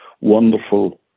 wonderful